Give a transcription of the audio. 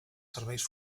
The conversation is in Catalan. serveis